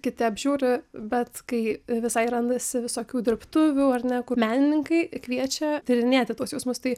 kiti apžiūri bet kai visai randasi visokių dirbtuvių ar ne kur menininkai kviečia tyrinėti tuos jausmus tai